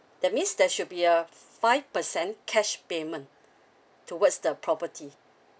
that means there should be a f~ five percent cash payment towards the property